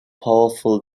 powerful